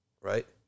right